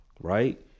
right